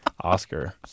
Oscar